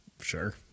sure